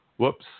Whoops